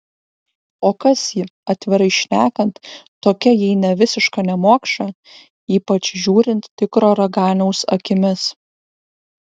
o kas ji atvirai šnekant tokia jei ne visiška nemokša ypač žiūrint tikro raganiaus akimis